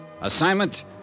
Assignment